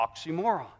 oxymoron